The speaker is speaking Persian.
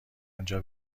آنجا